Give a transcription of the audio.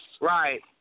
Right